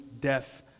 death